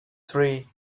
three